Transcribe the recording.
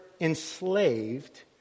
Enslaved